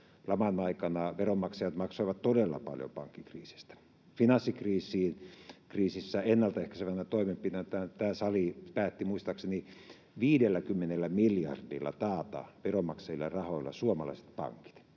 laman aikana veronmaksajat maksoivat todella paljon pankkikriisistä. Finanssikriisissä ennaltaehkäisevänä toimenpiteenä tämä sali päätti muistaakseni 50 miljardilla taata, veronmaksajien rahoilla, suomalaiset pankit,